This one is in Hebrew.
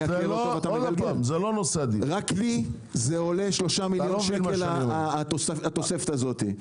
רק לי זה עולה 3 מיליון שקל התוספת הזאת.